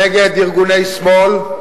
נגד ארגוני שמאל,